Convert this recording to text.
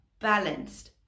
balanced